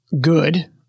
good